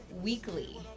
weekly